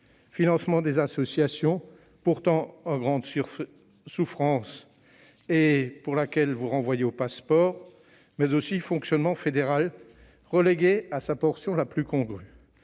financement des associations pourtant en grande souffrance et pour lequel vous renvoyez au Pass'Sport, mais aussi fonctionnement fédéral relégué à sa portion la plus congrue.